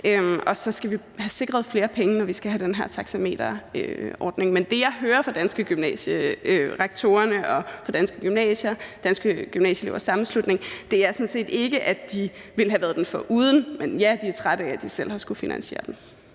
og så skal vi have sikret flere penge, når vi skal have den her taxameterordning, men det, jeg hører fra gymnasierektorerne og fra Danske Gymnasier og Danske Gymnasieelevers Sammenslutning, er sådan set ikke, at de ville have været den foruden, men at ja, de er trætte af, at de selv har skullet finansiere den.